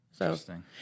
interesting